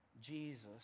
Jesus